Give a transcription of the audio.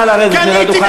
נא לרדת מהדוכן.